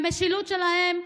המשילות שלהם,